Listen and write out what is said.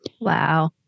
Wow